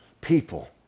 people